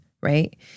right